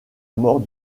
mort